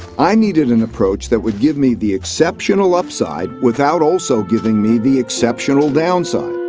i needed an approach that would give me the exceptional upside without also giving me the exceptional downside.